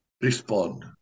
respond